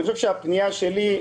הפנייה שלי,